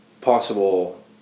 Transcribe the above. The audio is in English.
possible